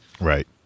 right